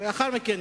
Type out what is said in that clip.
ולאחר מכן